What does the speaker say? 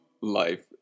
life